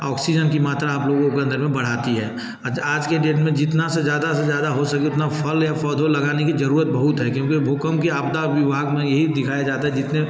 oxygen की मात्रा आप लोगों के अंदर में बढ़ाती है अच्छा आज के डेट में जितना से ज़्यादा से ज़्यादा हो सके फल या पौधे लगाने की ज़रूरत बहुत है क्योंकि भूकम्प की आपदा विभाग में यही दिखाया जाता है जितने